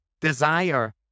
desire